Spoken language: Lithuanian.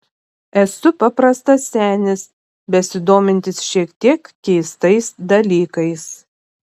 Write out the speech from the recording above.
esu paprastas senis besidomintis šiek tiek keistais dalykais